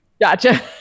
Gotcha